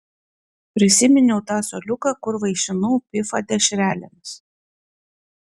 prisiminiau tą suoliuką kur vaišinau pifą dešrelėmis